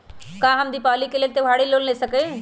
का हम दीपावली के लेल त्योहारी लोन ले सकई?